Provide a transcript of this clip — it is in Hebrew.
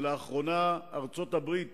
ולאחרונה ארצות-הברית